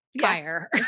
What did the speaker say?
fire